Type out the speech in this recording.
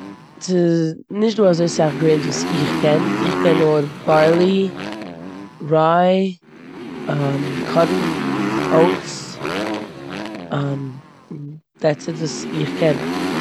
ס'נישט דא אזוי סאך גרעינס וואס איך קען. איך קען נאר בארלי, ריי, קארן, אויטס, דעטס איט וואס איך קען.